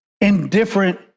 indifferent